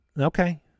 Okay